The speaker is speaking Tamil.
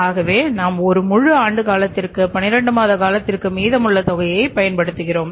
ஆகவே நாம் ஒரு முழு ஆண்டு காலத்திற்கு 12 மாத காலத்திற்குப் மீதமுள்ள தொகையை பயன்படுத்துகிறோம்